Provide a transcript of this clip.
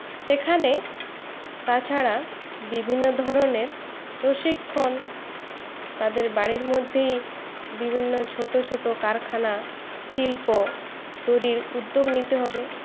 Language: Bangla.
সেখানে তাছাড়া বিভিন্ন ধরনের প্রশিক্ষণ তাদের বাড়ির মধ্যেই বিভিন্ন ছোটো ছোটো কারখানা শিল্প তৈরির উদ্যোগ নিতে হবে